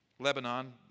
Lebanon